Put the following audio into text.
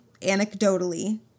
anecdotally